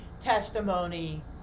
testimony